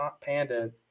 Panda